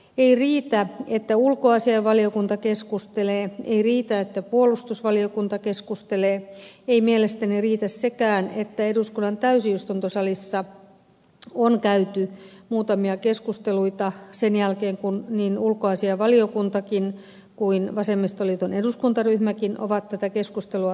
ei riitä että ulkoasiainvaliokunta keskustelee ei riitä että puolustusvaliokunta keskustelee ei mielestäni riitä sekään että eduskunnan täysistuntosalissa on käyty muutamia keskusteluita sen jälkeen kun niin ulkoasiainvaliokunta kuin vasemmistoliiton eduskuntaryhmäkin ovat tätä keskustelua vaatineet